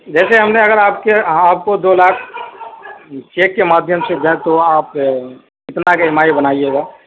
ویسے ہم نے اگر آپ کے آپ کو دو لاکھ چیک کے مادھیم سے دیں تو آپ کتنا کے ای ایم آئی بنائیے گا